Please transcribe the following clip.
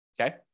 Okay